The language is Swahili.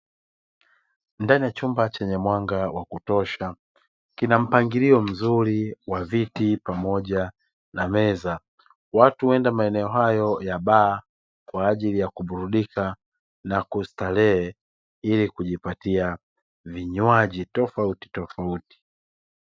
Ndani ya chumba chenye mwanga wa kutosha kina mpangilio mzuri wa viti pamoja na meza. Watu huenda maeneo hayo ya baa kwa ajili ya kuburudika na kustarehe ili kujipatia vinywaji tofautitofauti.